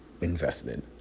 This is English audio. invested